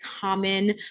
common